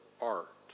art